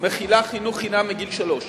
מחילה חינוך חינם מגיל שלוש.